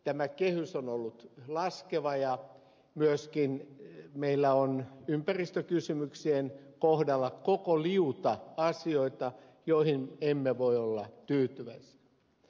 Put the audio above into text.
tämä kehys on ollut laskeva ja myöskin meillä on ympäristökysymysten kohdalla koko liuta asioita joihin emme voi olla tyytyväisiä